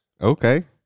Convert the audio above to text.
Okay